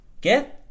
Get